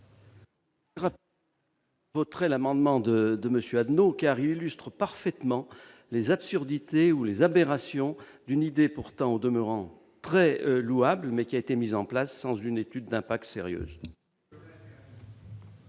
je vous remercie